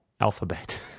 Alphabet